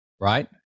right